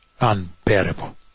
unbearable